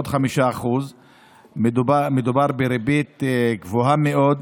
עוד 5%. מדובר בריבית גבוהה מאוד.